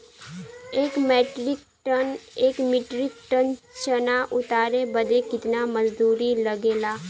एक metric tonne चना उतारे बदे कितना मजदूरी लगे ला?